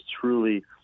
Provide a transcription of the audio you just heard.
truly